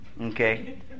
Okay